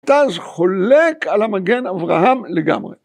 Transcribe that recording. רטז חולק על המגן אברהם לגמרי.